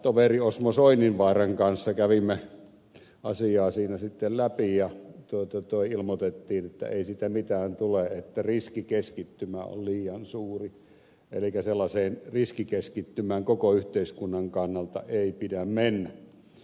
toveri osmo soininvaaran kanssa kävimme asiaa siinä sitten läpi ja ilmoitimme että ei siitä mitään tule että riskikeskittymä on liian suuri elikkä sellaiseen riskikeskittymään koko yhteiskunnan kannalta ei pidä mennä